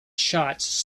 shots